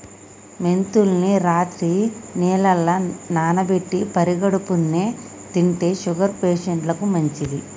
మెంతుల్ని రాత్రి నీళ్లల్ల నానబెట్టి పడిగడుపున్నె తింటే షుగర్ పేషంట్లకు మంచిది